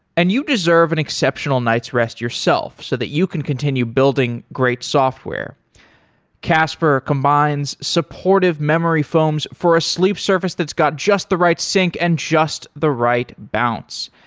and you deserve an exceptional night's rest yourself, so that you can continue building great software casper combines supportive memory foams for a sleep surface that's got just the right sync and just the right bounce.